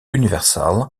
universal